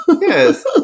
yes